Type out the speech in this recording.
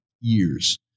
years